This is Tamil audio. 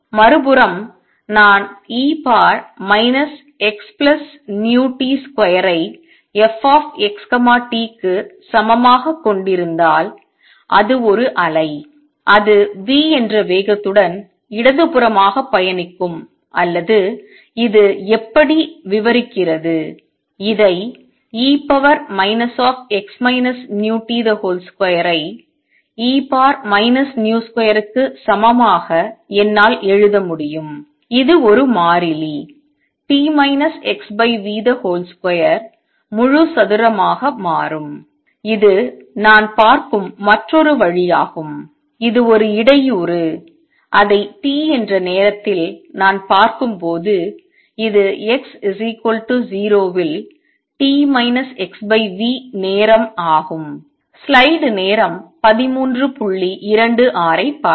மறுபுறம் நான் e xvt2 ஐ f x t க்கு சமமாகக் கொண்டிருந்தால் அது ஒரு அலை இது v என்ற வேகத்துடன் இடதுபுறமாக பயணிக்கும் அல்லது இது எப்படி விவரிக்கிறது இதை e 2ஐ e v2க்கு சமமாக என்னால் எழுத முடியும் இது ஒரு மாறிலி t x v2 முழு சதுரமாக மாறும் இது நான் பார்க்கும் மற்றொரு வழியாகும் இது ஒரு இடையூறு அதை t என்ற நேரத்தில் நான் பார்க்கும்போது இது x 0 இல் t - xv நேரம் ஆகும்